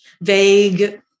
vague